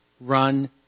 Run